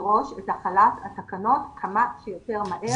לדרוש את החלת התקנות כמה שיותר מהר.